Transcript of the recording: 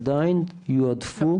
עדיין יועדפו.